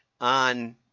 on